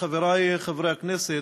חברי חברי הכנסת,